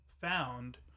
found